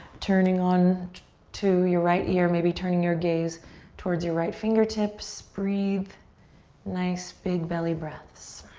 turning on to your right ear, maybe turning your gaze towards your right fingertips. breathe nice, big belly breaths.